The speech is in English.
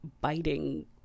biting